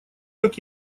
как